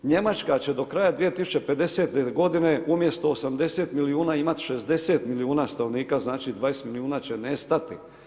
Njemačka će do kraja 2050. g. umjesto 80 milijuna imati 60 milijuna stanovnika, znači 20 milijuna će nestati.